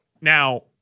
Now